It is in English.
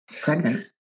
pregnant